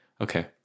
Okay